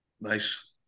Nice